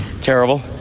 terrible